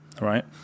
right